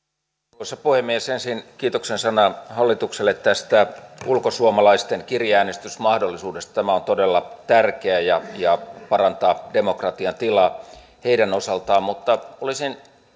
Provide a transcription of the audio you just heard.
arvoisa puhemies ensin kiitoksen sana hallitukselle tästä ulkosuomalaisten kirjeäänestysmahdollisuudesta tämä on todella tärkeä ja ja parantaa demokratian tilaa heidän osaltaan olisin